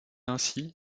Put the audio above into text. ainsi